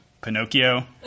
Pinocchio